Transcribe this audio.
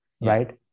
right